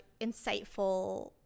insightful